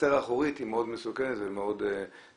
החצר האחורית היא מאוד מסוכנת וצריכה